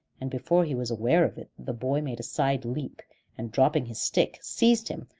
and before he was aware of it the boy made a side leap and, dropping his stick, seized him,